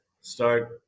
start